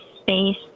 space